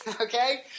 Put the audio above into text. Okay